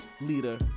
leader